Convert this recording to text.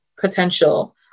Potential